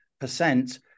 percent